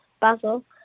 basil